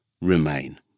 remain